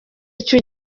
icyo